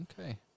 Okay